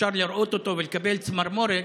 שאפשר לראות אותו ולקבל צמרמורת.